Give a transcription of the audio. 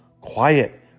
quiet